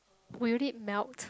will you did melt